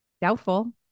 Doubtful